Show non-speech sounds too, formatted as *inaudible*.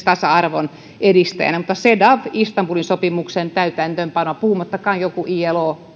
*unintelligible* tasa arvon edistäjänä mutta cedaw istanbulin sopimuksen täytäntöönpano puhumattakaan jostain ilo